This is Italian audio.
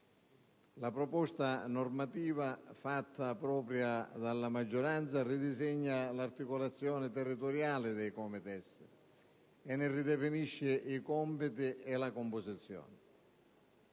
La proposta normativa fatta propria dalla maggioranza ridisegna l'articolazione territoriale dei COMITES, ridefinendone i compiti e la composizione.